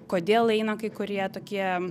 kodėl eina kai kurie tokie